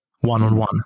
One-on-one